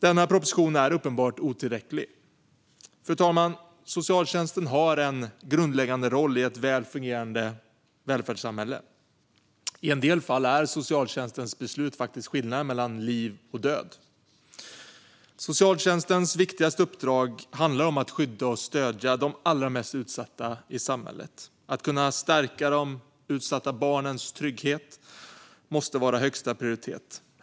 Denna proposition är uppenbart otillräcklig. Fru talman! Socialtjänsten har en grundläggande roll i ett väl fungerande välfärdssamhälle. I en del fall är socialtjänstens beslut faktiskt skillnaden mellan liv och död. Socialtjänstens viktigaste uppdrag handlar om att skydda och stödja de allra mest utsatta i samhället. Att kunna stärka de utsatta barnens trygghet måste vara högsta prioritet.